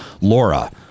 Laura